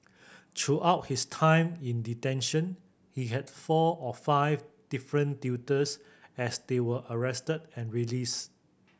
throughout his time in detention he had four or five different tutors as they were arrested and released